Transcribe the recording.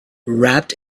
wrapped